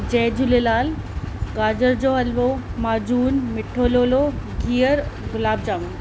जय झूलेलाल गाजर जो हलुवो माजून मिठो लोलो गीहर गुलाब जामुन